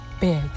big